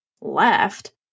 left –